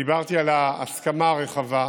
דיברתי על הסכמה רחבה,